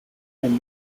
when